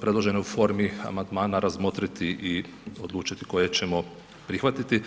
predložene u formi amandman razmotriti i odlučiti koje ćemo prihvatiti.